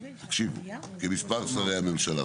תקשיבו כמספר שרי הממשלה,